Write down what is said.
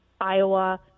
Iowa